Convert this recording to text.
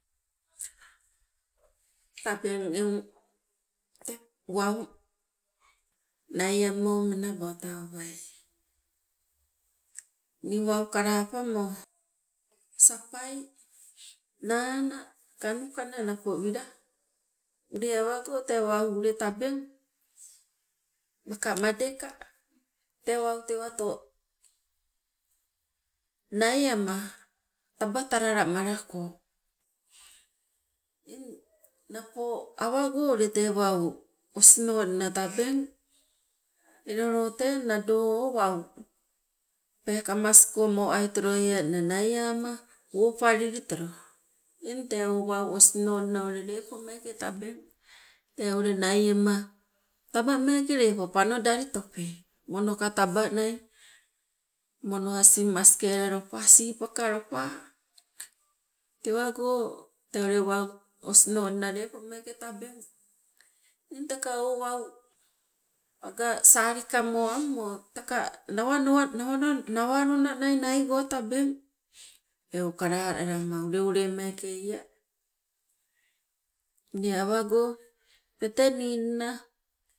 Tabeng eng tee wau naiamo menabo tawabai. Nii wau kalapamo sapai, nana, kanukana napo wira ule awango tee wau ule tabeng maka madeka tee wau tewato naiama taba talala malako. Eng napo awago ule tee wau osinonna tabeng elo loo tee nado tee o wau peekamasko moai toloienna naiama woopalili tolo. Eng tee o wau osinonna ule lepo meeke tabeng tee ule naiema taba meeke ule panodalitope monoka tabanai, mono asing maskela lopa sipaka lopa, tewago tee ule wau osinonna lepo meeke tabeng. Eng teka o wau aga salika moammo teka nawanawa nawalona naigo tabeng, eu kalalama uleulei meeke ea. Ule awago tete ningna